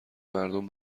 مردم